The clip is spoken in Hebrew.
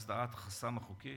הסרת החסם החוקי,